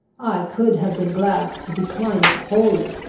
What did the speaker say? i could have been glad to decline it wholly.